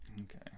Okay